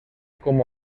como